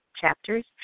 chapters